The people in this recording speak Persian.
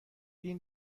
این